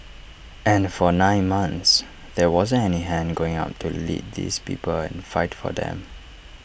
and for nine months there wasn't any hand going up to lead these people and fight for them